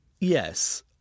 yes